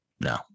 no